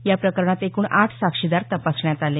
या प्रकरणात एकूण आठ साक्षीदार तपासण्यात आले